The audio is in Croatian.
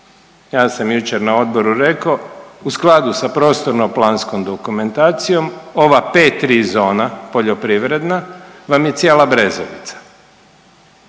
Ja sam jučer na odboru rekao, u skladu sa prostorno planskom dokumentacijom ova 5.3 zona poljoprivredna vam je cijela Brezovica.